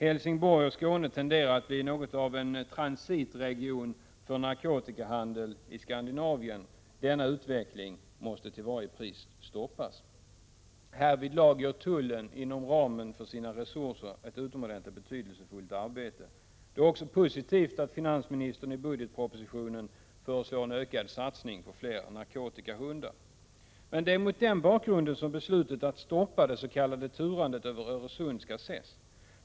Helsingborg och Skåne tenderar att bli något av en transitregion för narkotikahandeln i Skandinavien. Denna utveckling måste till varje pris stoppas. Härvidlag gör tullen inom ramen för sina resurser ett utomordentligt betydelsefullt arbete. Det är också positivt att finansministern i budgetpro positionen föreslår en ökad satsning på fler narkotikahundar. Det är mot den bakgrunden beslutet att stoppa det s.k. turandet över Öresund skall ses.